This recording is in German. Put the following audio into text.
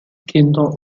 kinder